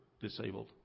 disabled